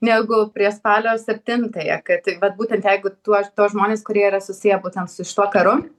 negu prieš spalio septintąją kad va būtent jeigu tu aš tuos žmones kurie yra susiję būtent su šituo karu